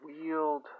wield